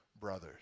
brothers